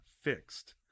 fixed